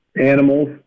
animals